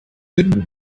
goodman